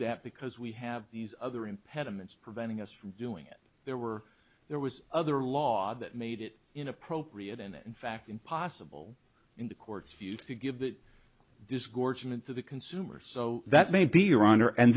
that because we have these other impediments preventing us from doing it there were there was other law that made it inappropriate and in fact impossible in the court's view to give the disgorgement to the consumer so that may be your honor and